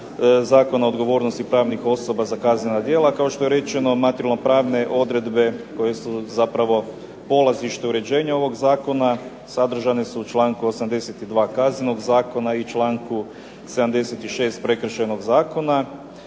Zakona o odgovornosti pravnih osoba za kaznena djela kao što je rečeno, materijalno pravne odredbe koje su zapravo polazište uređenja ovog zakona, sadržane su u članku 82. Kaznenog zakona i članku 76. Prekršajnog zakona